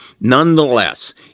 Nonetheless